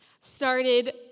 started